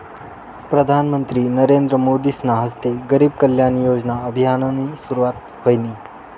प्रधानमंत्री नरेंद्र मोदीसना हस्ते गरीब कल्याण योजना अभियाननी सुरुवात व्हयनी